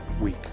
week